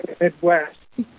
Midwest